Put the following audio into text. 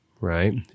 right